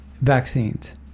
vaccines